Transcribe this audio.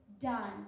done